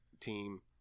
team